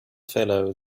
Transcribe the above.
fellow